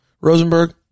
Rosenberg